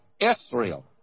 Israel